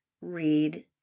read